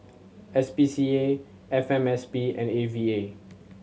S P C A F M S P and A V A